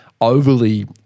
overly